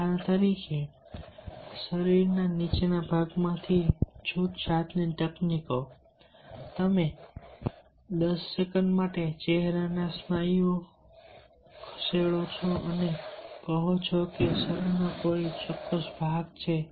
ઉદાહરણ તરીકે શરીરના નીચેના ભાગમાંથી છૂટછાટની તકનીક તમે 10 સેકન્ડ માટે ચહેરાના સ્નાયુઓમાં ખસેડો છો અને તમે કહો છો કે શરીરનો કોઈ ચોક્કસ ભાગ છે